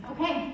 Okay